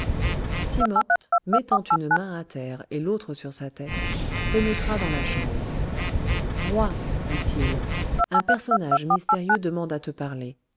d'ivoire timopht mettant une main à terre et l'autre sur sa tête pénétra dans la chambre roi dit-il un personnage mystérieux demande à te parler